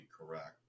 correct